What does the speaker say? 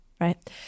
right